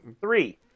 Three